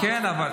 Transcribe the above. כל מי